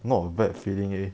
not bad feeling eh